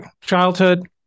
childhood